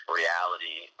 reality